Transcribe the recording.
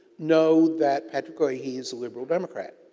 know that patrick ah leahy's a liberal democrat.